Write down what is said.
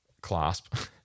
clasp